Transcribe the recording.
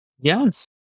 Yes